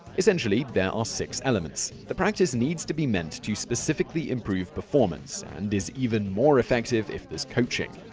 essentially, there are six elements. the practice needs to be meant to specifically improve performance, and is even more effective if there's coaching.